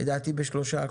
לדעתי ב-3%.